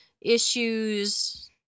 issues